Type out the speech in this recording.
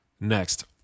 Next